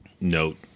note